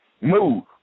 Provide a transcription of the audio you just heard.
Move